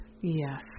yes